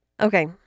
Okay